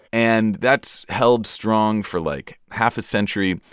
and that's held strong for, like, half a century.